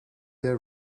der